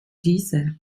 diese